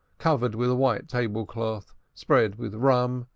covered with a white table-cloth spread with rum,